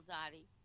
Dottie